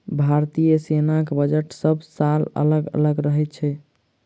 भारतीय सेनाक बजट सभ साल अलग अलग रहैत अछि